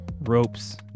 Ropes